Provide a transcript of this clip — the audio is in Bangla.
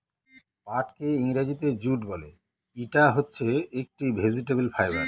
পাটকে ইংরেজিতে জুট বলে, ইটা হচ্ছে একটি ভেজিটেবল ফাইবার